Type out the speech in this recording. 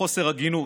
בחוסר הגינות.